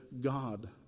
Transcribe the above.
God